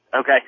Okay